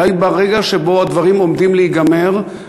אולי ברגע שבו הדברים עומדים להיגמר,